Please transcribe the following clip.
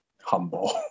humble